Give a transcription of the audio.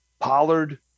Pollard